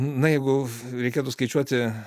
na jeigu reikėtų skaičiuoti